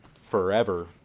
forever